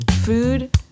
food